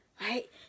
Right